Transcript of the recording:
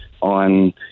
on